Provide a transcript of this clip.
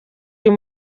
uyu